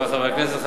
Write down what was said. חברי חברי הכנסת,